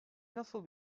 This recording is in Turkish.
nasıl